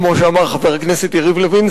כמו שאמר חבר הכנסת יריב לוין,